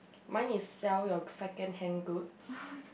mine is sell your secondhand goods